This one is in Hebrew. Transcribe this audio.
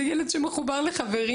זה ילד שמחובר לחברים,